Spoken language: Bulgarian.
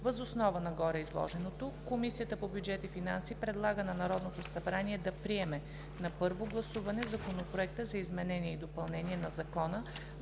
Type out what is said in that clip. Въз основа на гореизложеното Комисията по бюджет и финанси предлага на Народното събрание да приеме на първо гласуване Законопроект за изменение и допълнение на Закона